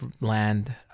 land